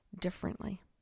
differently